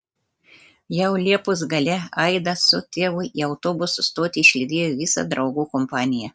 jau liepos gale aidą su tėvu į autobusų stotį išlydėjo visa draugų kompanija